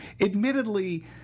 admittedly